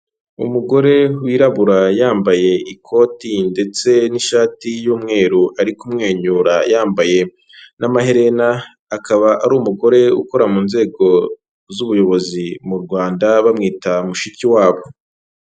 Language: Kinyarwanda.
Umugore wirabura yambaye ikoti ndetse n'ishati y'umweru, ari kumwenyura yambaye n'amaherena, akaba ari umugore ukora mu nzego z'ubuyobozi mu Rwanda, bamwita MUSHIKIWABO.